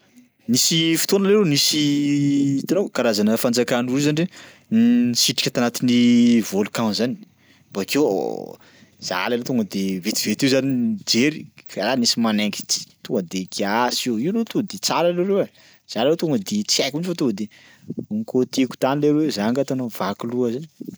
Nisy fotona leroa nisy hitanao karazana fanjakana roy zany ndre n- nisitrika tanatin'ny volcan zany, bakeo za leroa tonga de vetivety eo za nijery karaha nisy manaingitsy. Tonga de kiasy io, io loha to de tsara leroa! Za leroa tonga de tsy haiko mihitsy fa tonga de nokôtiko tany leroa, za nga atanao mivaky loha zany.